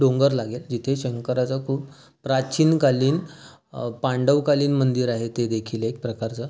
डोंगर लागेल जिथे शंकराचं खूप प्राचीनकालीन पांडवकालीन मंदिर आहे तेदेखील एक प्रकारचं